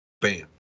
Bam